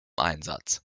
einsatz